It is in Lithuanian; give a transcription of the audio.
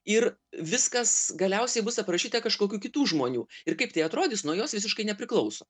ir viskas galiausiai bus aprašyta kažkokių kitų žmonių ir kaip tai atrodys nuo jos visiškai nepriklauso